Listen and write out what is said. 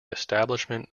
establishment